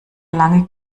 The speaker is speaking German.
lange